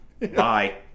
Bye